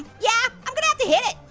yeah i'm gonna have to hit